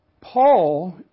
Paul